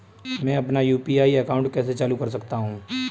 मैं अपना UPI account कैसे चालू कर सकता हूँ?